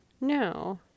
no